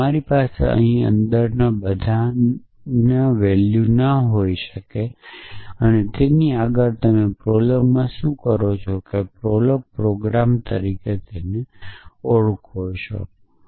તમારી પાસે અહીં અંદર બધાં ન હોઈ શકે પણ તમે પ્રોલોગશું કરે છે તે પરથી પ્રોલોગ પ્રોગ્રામ તરીકે ઓળખી શકો છો